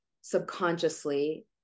subconsciously